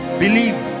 believe